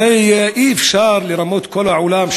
הרי אי-אפשר לרמות את כל העולם,